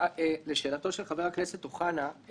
לשאלתו של חבר הכנסת אוחנה,